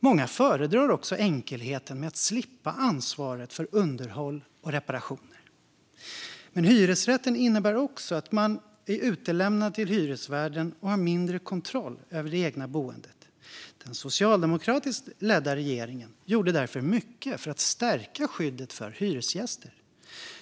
Många föredrar också enkelheten med att slippa ansvaret för underhåll och reparationer. Men hyresrätten innebär också att man är utlämnad till hyresvärden och har en mindre kontroll över det egna boendet. Den socialdemokratiskt ledda regeringen gjorde därför mycket för att stärka skyddet för hyresgäster.